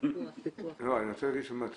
משפט לא הצליחו להוכיח שמקרה